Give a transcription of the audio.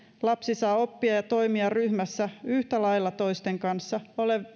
lapsi saa oppia ja toimia ryhmässä yhtä lailla toisten kanssa